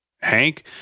Hank